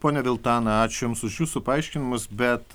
ponia viltana ačiū jums už jūsų paaiškinimus bet